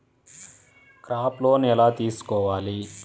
Crop loan ఎలా తీసుకోవాలి?